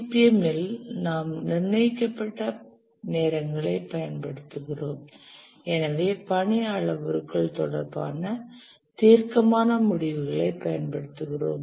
CPM ல் நாம் நிர்ணயிக்க்கபட்ட நேரங்களைப் பயன்படுத்துகிறோம் எனவே பணி அளவுருக்கள் தொடர்பான தீர்க்கமான முடிவுகளைப் பயன்படுத்துகிறோம்